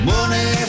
Money